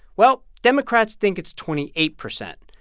well, democrats think it's twenty eight percent.